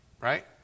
Right